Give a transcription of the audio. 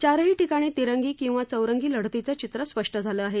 चारही ठिकाणी तिरंगी किंवा चौरंगी लढतीचे चित्र स्पष्ट झाले आहे